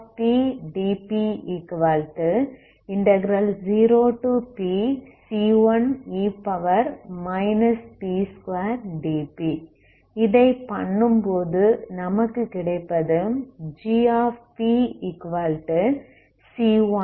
ஆகவே 0pgpdp0pc1e p2dp இதை பண்ணும்போது நமக்கு கிடைப்பது gpc10pe p2dpg